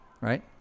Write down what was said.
right